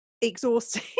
exhausting